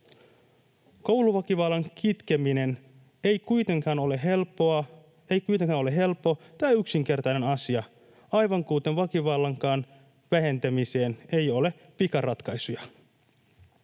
Kouluväkivallan kitkeminen ei kuitenkaan ole helppo tai yksinkertainen asia, aivan kuten väkivallankaan vähentämiseen ei ole pikaratkaisuja.